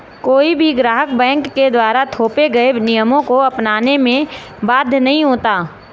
कोई भी ग्राहक बैंक के द्वारा थोपे गये नियमों को अपनाने में बाध्य नहीं होता